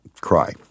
cry